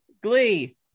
Glee